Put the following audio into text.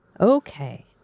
Okay